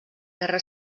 guerra